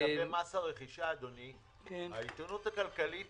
לגבי מס הרכישה העיתונות הכלכלית